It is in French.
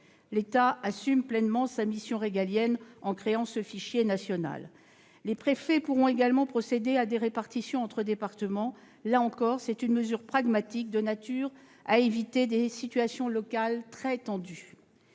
l'État assume pleinement sa mission régalienne. Les préfets pourront également procéder à des répartitions entre départements. Là encore, c'est une mesure pragmatique de nature à éviter des situations locales très tendues.